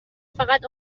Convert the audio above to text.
فقط